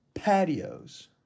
Patios